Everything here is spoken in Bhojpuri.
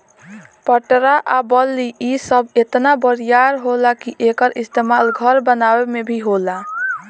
पटरा आ बल्ली इ सब इतना बरियार होला कि एकर इस्तमाल घर बनावे मे भी होला